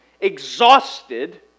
exhausted